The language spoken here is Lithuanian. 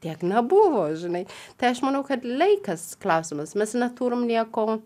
tiek nebuvo žinai tai aš manau kad laikas klausimas mes neturim nieko